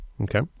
Okay